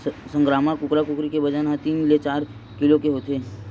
संकरामक कुकरा कुकरी के बजन ह तीन ले चार किलो के होथे